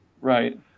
Right